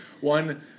one